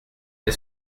est